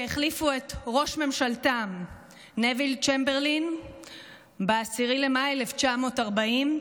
שהחליפו את ראש ממשלתם נוויל צ'מברלין ב-10 במאי 1940,